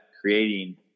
creating